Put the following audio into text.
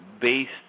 based